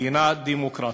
מדינה דמוקרטית,